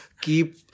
keep